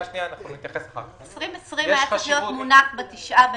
תקציב 2020 היה צריך להיות מונח ב-9 בנובמבר.